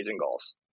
goals